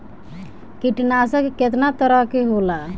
कीटनाशक केतना तरह के होला?